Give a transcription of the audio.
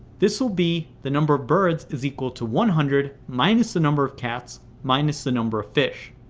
this will be the number of birds is equal to one hundred minus the number of cats minus the number of fish.